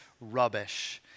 rubbish